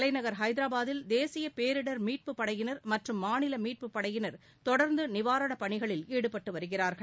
தலைநகர் ஐதரபாத்தில் தேசிய பேரிடர் மீட்பு படையினர் மற்றும் மாநில மீட்பு படையினர் தொடர்ந்து நிவாரண பணிகளில் ஈடுபட்டு வருகிறார்கள்